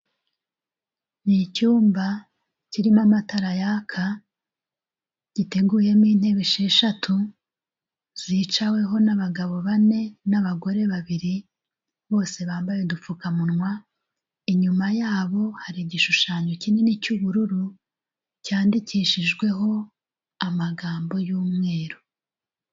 Ni icyumba kirimo amatara yaka, giteguyemo intebe esheshatu zicaweho n'abagabo bane n'abagore babiri bose bambaye udupfukamunwa, inyuma yabo hari igishushanyo kinini cy'ubururu cyandikishijweho amagambo y'umweru.